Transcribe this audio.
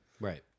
Right